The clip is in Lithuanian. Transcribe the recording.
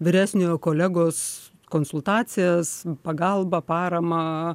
vyresniojo kolegos konsultacijas pagalbą paramą